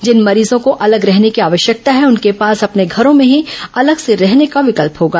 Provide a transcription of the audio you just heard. जिन मरीजों को अलग रहने की आवश्यकता है उनके पास अपने घरों में ही अलग से रहने का विकल्प होगा